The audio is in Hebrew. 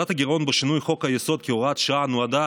הגדלת הגירעון בשינוי חוק-היסוד כהוראת שעה נועדה